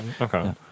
Okay